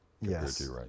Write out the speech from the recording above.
Yes